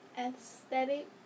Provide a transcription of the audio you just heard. aesthetic